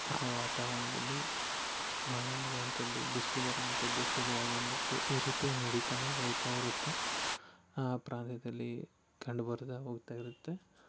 ಆ ವಾತಾವರಣದಲ್ಲಿ ಮಳೆ ಆಗೋವಂಥದ್ದು ಬಿಸಿಲು ಬರೋವಂಥದ್ದು ಚಳಿ ಆಗುವಂಥದ್ದು ಈ ರೀತಿ ನಡೀತನೇ ಹೋಗ್ತಾ ಇರುತ್ತೆ ಆ ಪ್ರಾಂತ್ಯದಲ್ಲಿ ಕಂಡು ಬರ್ತಾ ಹೋಗ್ತಾ ಇರುತ್ತೆ